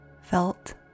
felt